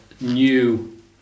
new